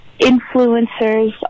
influencers